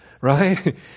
right